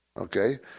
okay